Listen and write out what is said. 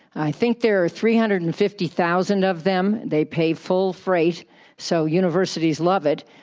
i think there are three hundred and fifty thousand of them. they pay full freight so universities love it.